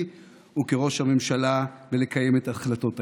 וכראש הממשלה ולקיים את החלטות הכנסת.